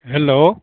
hello